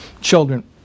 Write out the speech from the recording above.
children